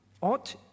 Ought